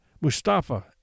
Mustafa